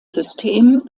system